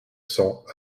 cents